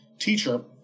Teacher